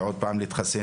ועוד פעם להתחסן,